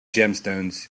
gemstones